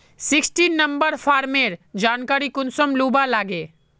Sixteen number फार्मेर जानकारी कुंसम लुबा लागे?